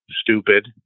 stupid